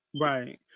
right